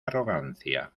arrogancia